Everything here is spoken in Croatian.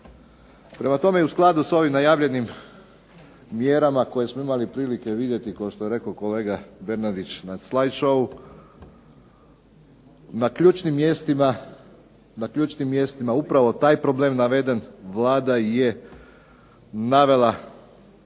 Prema tome, i u skladu s ovim najavljenim mjerama koje smo imali prilike vidjeti, kao što je rekao kolega Bernardić na slide showu, na ključnim mjestima upravo taj problem naveden, Vlada je navela